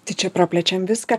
tik čia praplečiam viską